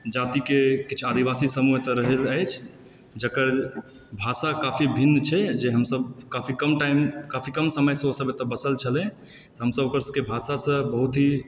जातिके किछु आदिवासी समूह एतऽ रहै अछि जेकर भाषा काफी भिन्न छै जे हमसब काफी कम टाइम काफी कम समय सॅं ओ सब एतऽ बसल छलै हमसब ओकर भाषा सॅं बहुत ही